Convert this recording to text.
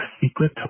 secret